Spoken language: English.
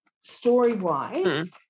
story-wise